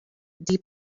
deep